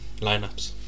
lineups